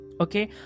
okay